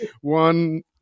one